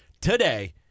today